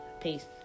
Peace